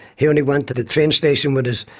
he only went to the train station with us.